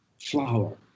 flower